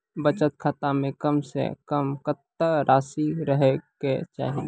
बचत खाता म कम से कम कत्तेक रासि रहे के चाहि?